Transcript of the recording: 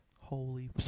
Holy